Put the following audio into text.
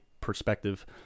perspective